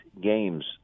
games